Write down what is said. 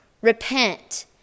Repent